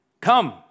Come